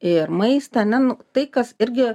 ir maistą ne nu tai kas irgi